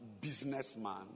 businessman